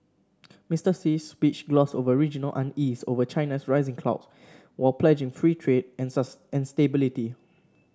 Mister Xi's speech glossed over regional unease over China's rising clout while pledging free trade and stability